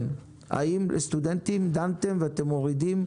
האם דנתם בבקשת הסטודנטים ואתם מורידים,